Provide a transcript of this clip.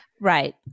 Right